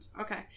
okay